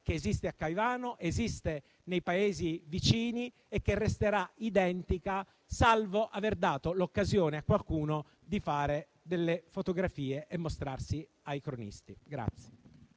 che esiste a Caivano, esiste nei paesi vicini e che resterà identica, salvo aver dato l'occasione a qualcuno di fare delle fotografie e mostrarsi ai cronisti.